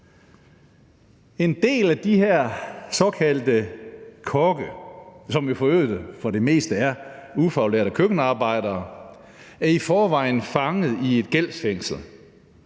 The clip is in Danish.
En del af de her såkaldte kokke, som jo for øvrigt for det meste er ufaglærte køkkenarbejdere, er i forvejen fanget i et gældsfængsel.